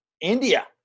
India